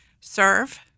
serve